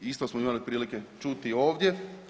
Isto smo imali prilike čuti ovdje.